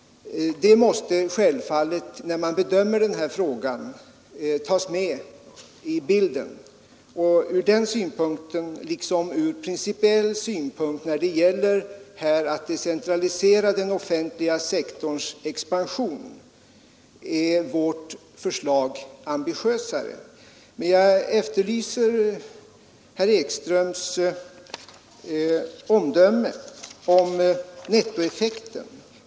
Det måste självfallet tas med i bilden, när man bedömer den här frågan. Det är ur den synpunkten liksom ur principiell synpunkt, då det gäller att decentralisera den offentliga sektorns expansion, som vårt förslag bör bedömas. Jag efterlyser herr Ekströms omdöme om nettoeffekten.